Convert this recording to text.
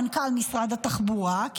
מנכ"ל משרד התחבורה,